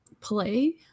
play